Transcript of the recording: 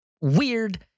weird